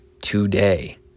today